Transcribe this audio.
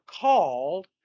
called